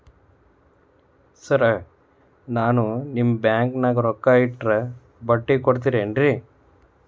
Sir ನಾನು ನಿಮ್ಮ ಬ್ಯಾಂಕನಾಗ ರೊಕ್ಕ ಇಟ್ಟರ ಬಡ್ಡಿ ಕೊಡತೇರೇನ್ರಿ?